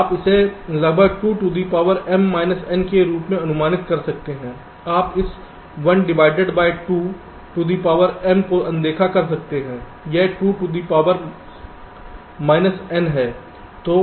तो आप इसे लगभग two to the power m minus n के रूप में अनुमानित कर सकते हैं आप इस 1 divide by 2 to the power m को अनदेखा कर सकते हैं यह 2 to the power minus n है